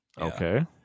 okay